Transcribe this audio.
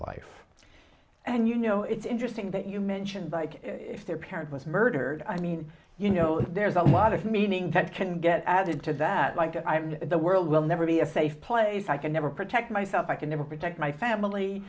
life and you know it's interesting that you mention their parent was murdered i mean you know there's a lot of meaning that can get added to that like i'm the world will never be a safe place i can never protect myself i can never protect my